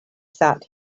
sat